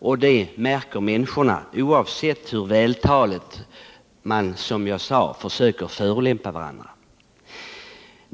och det märker människorna, oavsett hur vältaligt han, som jag sade, försöker förolämpa oss.